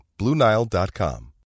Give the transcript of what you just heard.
BlueNile.com